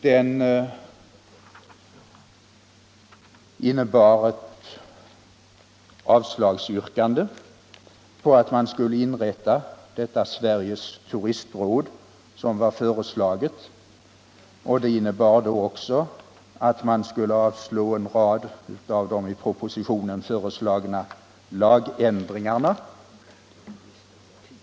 Den innebar ett avslagsyrkande på förslaget att man skulle inrätta Sveriges turistråd, och den innebar också yrkanden om att riksdagen skulle avslå en rad av de i propositionen föreslagna lagändringarna.